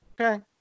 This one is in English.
Okay